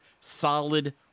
solid